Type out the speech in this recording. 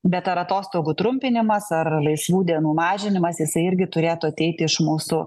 bet ar atostogų trumpinimas ar laisvų dienų mažinimas jisai irgi turėtų ateiti iš mūsų